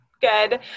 good